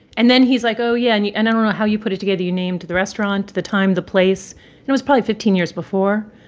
and then he's like, oh, yeah. and you and i don't know how you put it together. you named the restaurant, the time, the place. and it was probably fifteen years before.